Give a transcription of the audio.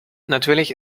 natürlich